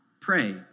Pray